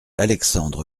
alexandre